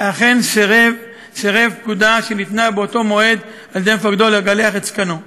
סירב לפקודה שניתנה באותו מועד על-ידי מפקדו לגלח את זקנו,